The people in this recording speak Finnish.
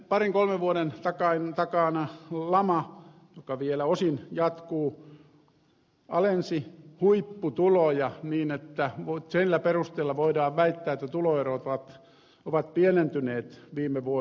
parin kolmen vuoden takainen lama joka vielä osin jatkuu alensi huipputuloja niin että sillä perusteella voidaan väittää että tuloerot ovat pienentyneet viime vuosina